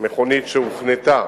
מכונית שהוחנתה